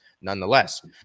Nonetheless